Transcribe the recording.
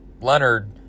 Leonard